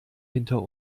hinter